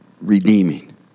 redeeming